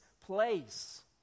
place